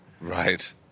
Right